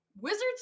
Wizards